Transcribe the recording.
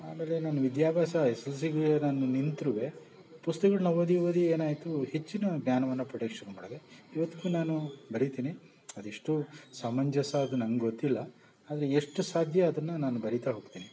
ಆಮೇಲೆ ನನ್ನ ವಿದ್ಯಾಭ್ಯಾಸ ಎಸ್ಸಲ್ಸಿಗೆ ನಾನು ನಿಂತ್ರು ಪುಸ್ತುಗುಳ್ನ ಓದಿ ಓದಿ ಏನಾಯಿತು ಹೆಚ್ಚಿನ ಜ್ಞಾನವನ್ನು ಪಡೆಯೋಕೆ ಶುರು ಮಾಡಿದೆ ಇವತ್ತಿಗೂ ನಾನು ಬರಿತೀನಿ ಅದೆಷ್ಟು ಸಮಂಜಸ ಅದು ನಂಗೆ ಗೊತ್ತಿಲ್ಲ ಆದರೆ ಎಷ್ಟು ಸಾಧ್ಯ ಅದನ್ನ ನಾನು ಬರೀತಾ ಹೋಗ್ತೀನಿ